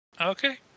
Okay